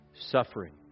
suffering